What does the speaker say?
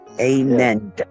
Amen